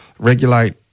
regulate